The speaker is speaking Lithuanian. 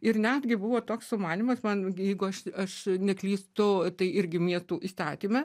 ir netgi buvo toks sumanymas man jeigu aš aš neklystu tai irgi miestų įstatyme